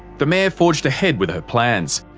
the mayor forged ahead with her plans,